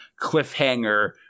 cliffhanger